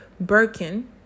Birkin